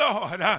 Lord